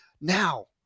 Now